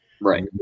Right